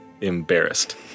Embarrassed